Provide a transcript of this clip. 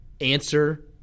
answer